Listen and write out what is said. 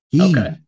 Okay